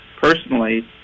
personally